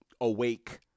awake